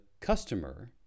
customer